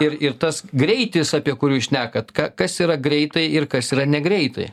ir ir tas greitis apie kurį šnekat ka kas yra greitai ir kas yra negreitai